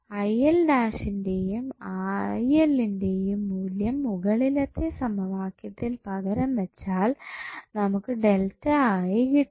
ന്റെയും ന്റെയും മൂല്യം മുകളിലത്തെ സമവാക്യത്തിൽ പകരം വെച്ചാൽ നമുക്ക് കിട്ടും